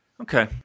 Okay